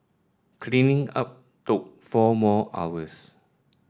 cleaning up took four more hours